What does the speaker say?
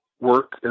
work